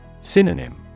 Synonym